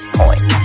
point